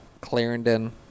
Clarendon